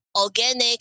organic